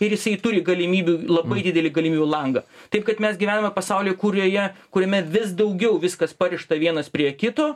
ir jisai turi galimybių labai didelį galimybių langą taip kad mes gyvename pasaulyje kurioje kuriame vis daugiau viskas parišta vienas prie kito